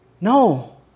No